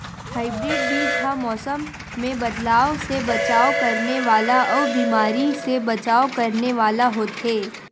hybrid बीज हा मौसम मे बदलाव से बचाव करने वाला अउ बीमारी से बचाव करने वाला होथे